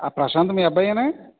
ఆ ప్రశాంత్ మీ అబ్బాయేనా